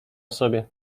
sobie